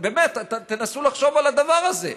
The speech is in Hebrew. באמת, תנסו לחשוב על הדבר הזה.